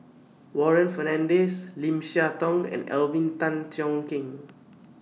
Warren Fernandez Lim Siah Tong and Alvin Tan Cheong Kheng